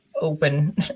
open